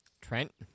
Trent